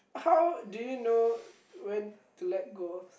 how do you know when to let go of